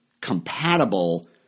compatible